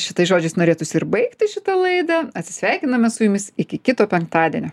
šitais žodžiais norėtųsi ir baigti šitą laidą atsisveikiname su jumis iki kito penktadienio